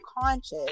conscious